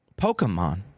Pokemon